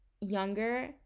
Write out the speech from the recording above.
younger